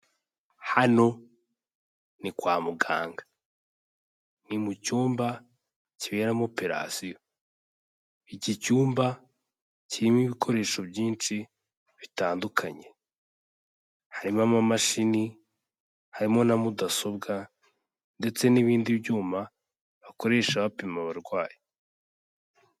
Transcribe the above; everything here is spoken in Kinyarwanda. Hano ni kwa muganga, ni mu cyumba kiberamo operasiyo, iki cyumba kirimo ibikoresho byinshi bitandukanye harimo amamashini, harimo na mudasobwa, ndetse n'ibindi byuma bakoresha bapima abarwayi.